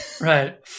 Right